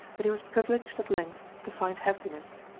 that he was privileged at length to find happiness.